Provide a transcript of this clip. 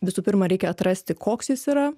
visų pirma reikia atrasti koks jis yra